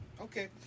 Okay